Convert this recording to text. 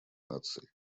наций